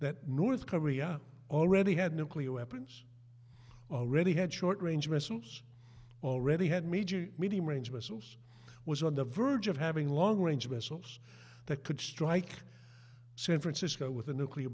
that north korea already had nuclear weapons already had short range missiles already had major medium range missiles was on the verge of having long range missiles that could strike san francisco with a nuclear